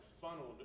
funneled